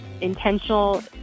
intentional